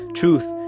truth